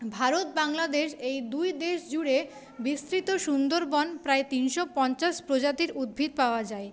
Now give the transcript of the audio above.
ভারত বাংলাদেশ এই দুই দেশ জুড়ে বিস্তৃত সুন্দরবনে প্রায় তিনশো পঞ্চাশ প্রজাতির উদ্ভিদ পাওয়া যায়